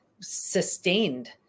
sustained